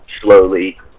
slowly